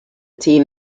team